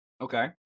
Okay